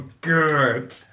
good